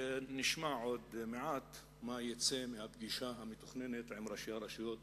ונשמע עוד מעט מה יצא מהפגישה המתוכננת של ראשי הרשויות